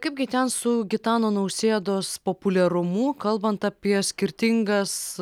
kaipgi ten su gitano nausėdos populiarumu kalbant apie skirtingas